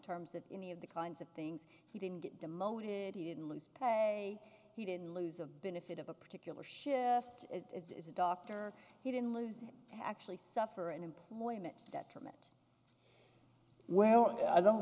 terms of any of the kinds of things he didn't get demoted he didn't lose pay he didn't lose of benefit of a particular shift is a doctor he didn't lose actually suffer in employment detriment well i don't